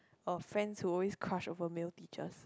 a friend who always crush over male teachers